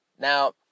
Now